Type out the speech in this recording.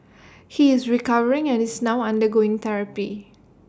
he is recovering and is now undergoing therapy